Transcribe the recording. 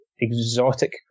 exotic